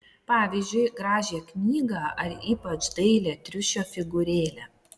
pavyzdžiui gražią knygą ar ypač dailią triušio figūrėlę